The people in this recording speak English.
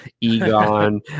egon